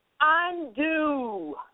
undo